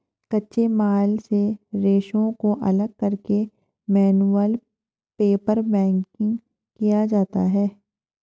कच्चे माल से रेशों को अलग करके मैनुअल पेपरमेकिंग किया जाता है